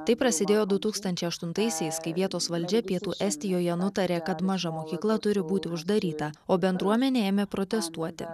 tai prasidėjo du tūkstančiai aštuntaisiais kai vietos valdžia pietų estijoje nutarė kad maža mokykla turi būti uždaryta o bendruomenė ėmė protestuoti